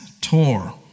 tore